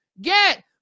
get